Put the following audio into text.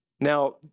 Now